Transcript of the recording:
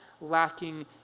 lacking